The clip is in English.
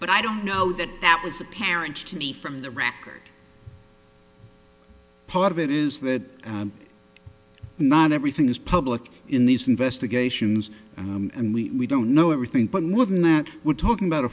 but i don't know that that was apparent to me from the record part of it is that not everything is public in these investigations and we don't know everything but more than that we're talking about